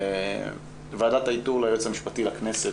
ועדת האיתור ליועמ"ש לכנסת